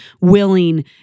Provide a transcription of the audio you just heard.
willing